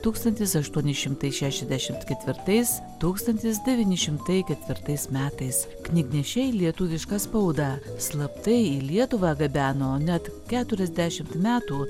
tūkstantis aštuoni šimtai šešiasdešimt ketvirtais tūkstantis devyni šimtai ketvirtais metais knygnešiai lietuvišką spaudą slaptai į lietuvą gabeno net keturiasdešimt metų